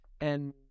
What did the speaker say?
And-